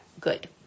good